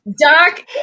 doc